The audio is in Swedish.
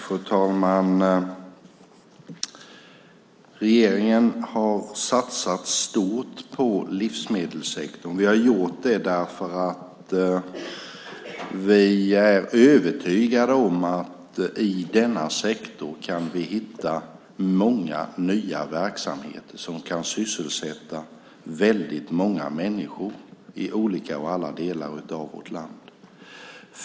Fru talman! Regeringen har satsat stort på livsmedelssektorn. Vi har gjort det därför att vi är övertygade om att vi i denna sektor kan hitta många nya verksamheter som kan sysselsätta många människor i alla delar av vårt land.